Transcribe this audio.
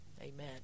amen